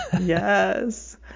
yes